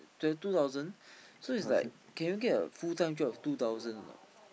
the two thousand so it's like can you get a full time job with two thousand a not